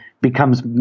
becomes